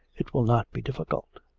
it will not be difficult.